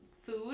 food